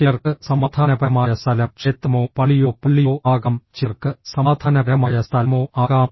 ചിലർക്ക് സമാധാനപരമായ സ്ഥലം ക്ഷേത്രമോ പള്ളിയോ പള്ളിയോ ആകാം ചിലർക്ക് സമാധാനപരമായ സ്ഥലമോ ആകാം